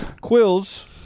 Quills